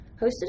hosted